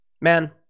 Man